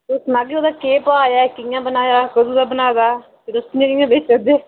तुस सनाह्गे ओह्दा केह् भाऽ ऐ कि'यां बनाया कदूं दा बनाए दा ते तुस कि'यां कि'यां बेचै दे